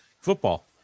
football